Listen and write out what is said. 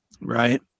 right